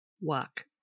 Walk